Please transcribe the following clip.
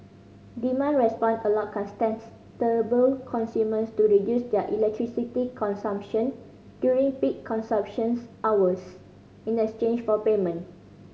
demand response allow contestable consumers to reduce their electricity consumption during peak consumptions hours in exchange for payment